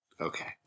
Okay